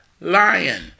lion